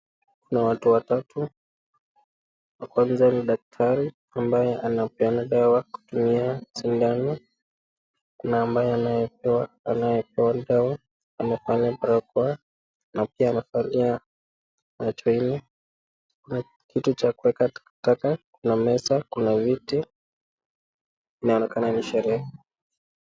Kuna watu watatu, wa kwanza ni daktari ambaye anapeana dawa kutumia sindano, kuna ambaye anayepewaanayepewa dawa amevalia barakoa na pia amevalia macho nne, kuna kitu cha kuwekea takataka, kuna meza, kuna viti, inaonekana ni sherehe.